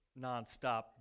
nonstop